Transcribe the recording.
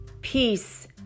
Peace